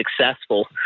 successful